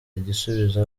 igisubizo